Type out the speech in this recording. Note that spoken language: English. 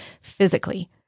physically